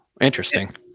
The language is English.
Interesting